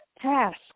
task